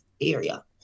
area